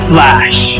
Flash